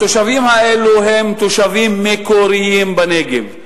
התושבים האלה הם תושבים מקוריים בנגב.